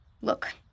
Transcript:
Look